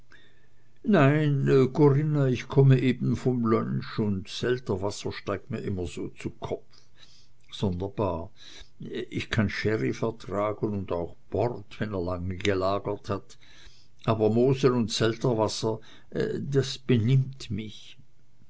nein corinna ich komme eben vom lunch und selterwasser steigt mir immer so zu kopf sonderbar ich kann sherry vertragen und auch port wenn er lange gelagert hat aber mosel und selterwasser das benimmt mich